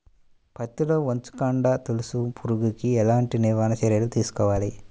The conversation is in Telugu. పత్తిలో వచ్చుకాండం తొలుచు పురుగుకి ఎలాంటి నివారణ చర్యలు తీసుకోవాలి?